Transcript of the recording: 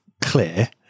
clear